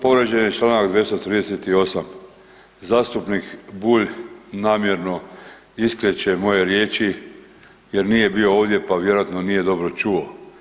Povrijeđen je Članak 238., zastupnik Bulj namjerno iskreće moje riječi jer nije bio ovdje pa vjerojatno nije dobro čuo.